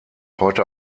heute